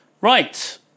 Right